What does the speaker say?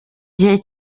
gihe